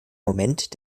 moment